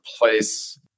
place